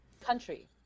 Country